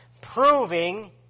proving